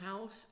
house